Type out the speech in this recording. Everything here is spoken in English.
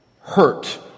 hurt